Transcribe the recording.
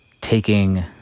taking